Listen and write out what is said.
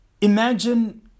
imagine